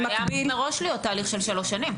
צריך להגיד שזה מראש היה אמור להיות תהליך של שלוש שנים.